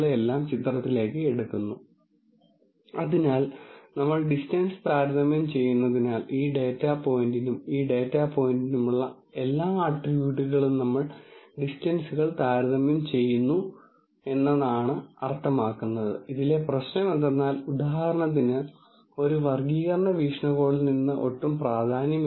അതിനാൽ നിങ്ങൾ ടെക്നിക് തിരഞ്ഞെടുക്കുകയും തുടർന്ന് ഈ ടെക്നിക്ക് വിന്യസിക്കുകയും ചെയ്യുന്നു ഉത്തരം അർത്ഥമുള്ളതാണെങ്കിൽ ഒരു ഡാറ്റാ സയൻസ് വീക്ഷണകോണിൽ നിന്ന് ഗണിതശാസ്ത്രപരമായി അർത്ഥമാക്കുക എന്ന് പറയുമ്പോൾ അതിന്റെ അർത്ഥമെന്താണെന്ന് നമ്മൾ കാണും തുടർന്ന് നിങ്ങൾ ഉണ്ടാക്കിയ ഡാറ്റ അനുമാനങ്ങൾക്ക് അനുസൃതമായി ക്രമീകരിക്കപ്പെടാൻ സാധ്യതയുണ്ട്